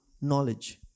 knowledge